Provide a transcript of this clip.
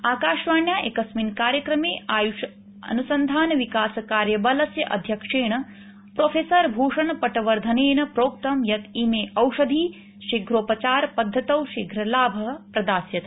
आकाशवाण्या एकस्मिन् कार्यक्रमे आय्ष अनुसंधान विकास कार्यबलस्य अध्यक्षेण प्रोफेसर भूषण पटवर्धनेन प्रोक्त यत् इमे औषधी शीघ्रोपचार पद्धतौ शीघ्रलाभः प्रदास्यतः